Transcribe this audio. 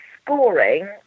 scoring